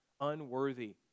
unworthy